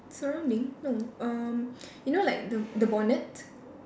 surrounding no um you know like the the bonnet